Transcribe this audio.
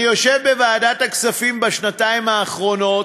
אני יושב בוועדת הכספים בשנתיים האחרונות